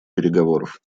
переговоров